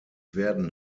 werden